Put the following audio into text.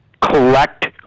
collect